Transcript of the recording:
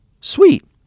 Sweet